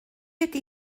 ydy